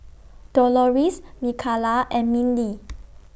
Doloris Mikalah and Mindi